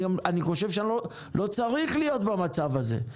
אני לא צריך להיות במצב הזה.